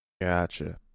gotcha